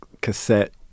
cassette